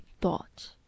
thought